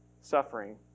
suffering